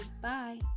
Bye